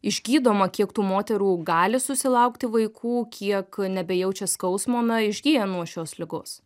išgydoma kiek tų moterų gali susilaukti vaikų kiek nebejaučia skausmo na išgyja nuo šios ligos